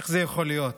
איך יכול להיות